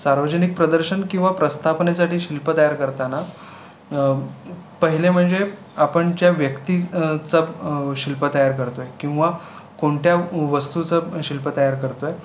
सार्वजनिक प्रदर्शन किंवा प्रस्थापनेसाठी शिल्प तयार करताना पहिले म्हणजे आपण ज्या व्यक्ती चा शिल्प तयार करतो आहे किंवा कोणत्या वस्तूचं शिल्प तयार करतो आहे